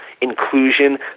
inclusion